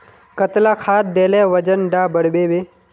कतला खाद देले वजन डा बढ़बे बे?